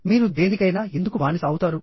మీరు దేనికైనా ఎందుకు బానిస అవుతారు